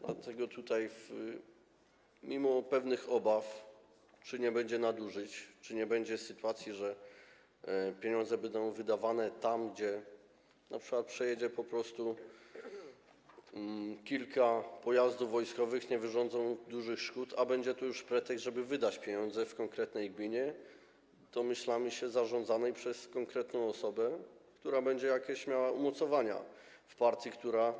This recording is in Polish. Dlatego mimo pewnych obaw, czy nie będzie nadużyć, czy nie będzie sytuacji, że pieniądze będą wydawane tam, gdzie np. przejedzie po prostu kilka pojazdów wojskowych, które nie wyrządzą dużych szkód, ale będzie to już pretekst, żeby wydać pieniądze w konkretnej gminie - domyślamy się - zarządzanej przez konkretną osobę, która będzie miała jakieś umocowania w partii, która